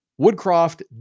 Woodcroft